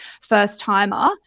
first-timer